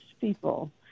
people